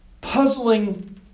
puzzling